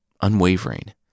unwavering